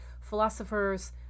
philosophers